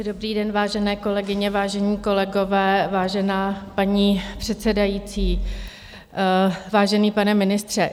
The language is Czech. Přeji dobrý den, vážené kolegyně, vážení kolegové, vážená paní předsedající, vážený pane ministře.